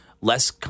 less